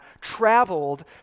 traveled